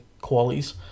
qualities